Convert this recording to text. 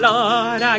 Lord